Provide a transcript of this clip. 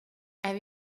have